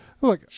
Look